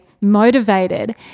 motivated